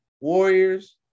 Warriors